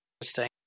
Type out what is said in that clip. interesting